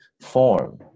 form